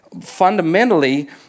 fundamentally